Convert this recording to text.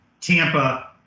Tampa